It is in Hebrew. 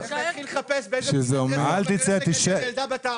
אני אתחיל לחפש באיזו פינת רחוב אני הולך לגדל ילדה בת ארבע.